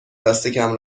لاستیکم